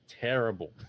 terrible